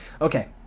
Okay